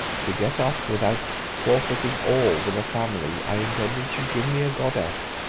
to get off without forfeiting all with a family i intended should give me a goddess.